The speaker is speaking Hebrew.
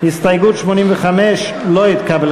ההסתייגות של